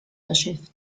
verschifft